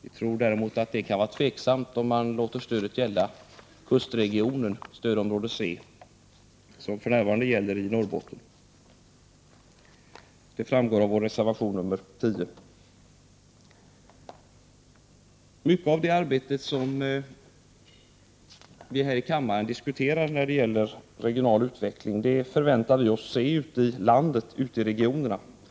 Däremot är detta tveksamt om man låter stödet gälla kustregionen, stödområde C, som för närvarande gäller i Norrbotten, vilket också framgår av vår reservation nr 10. Man kan av det arbete som diskuteras här i kammaren när det gäller regional utveckling förvänta sig att se resultat av detta ute i regionerna.